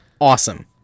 awesome